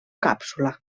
càpsula